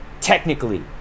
Technically